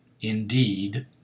Indeed